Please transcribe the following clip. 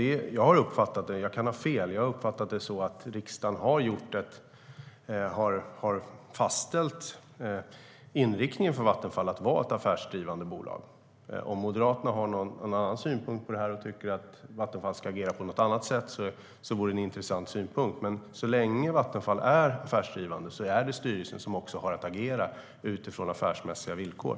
Jag kan ha fel, men jag har uppfattat det så att riksdagen har fastställt inriktningen för Vattenfall att vara ett affärsdrivande bolag. Om Moderaterna har någon annan synpunkt och tycker att Vattenfall ska agera på något annat sätt vore det en intressant synpunkt. Men så länge som Vattenfall är affärsdrivande är det styrelsen som har att agera utifrån affärsmässiga villkor.